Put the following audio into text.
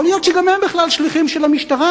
יכול להיות שגם הם בכלל שליחים של המשטרה,